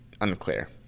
unclear